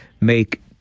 make